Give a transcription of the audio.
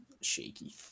shaky